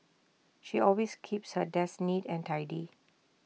she always keeps her desk neat and tidy